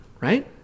right